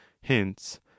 hence